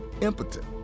impotent